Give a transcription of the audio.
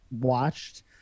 watched